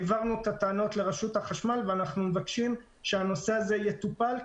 העברנו את הטענות לרשות החשמל ואנחנו מבקשים שהנושא הזה יטופל.